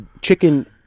chicken